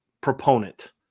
proponent